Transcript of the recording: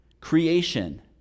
Creation